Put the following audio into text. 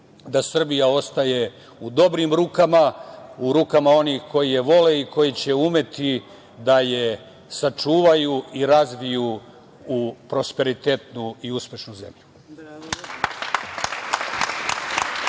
da Srbija ostaje u dobrim rukama, u rukama onih koji je vole i koji će umeti da je sačuvaju i razviju u prosperitetnu i uspešnu zemlju.